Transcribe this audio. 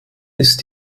ist